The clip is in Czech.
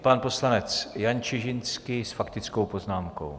Pan poslanec Jan Čižinský s faktickou poznámkou.